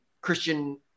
Christian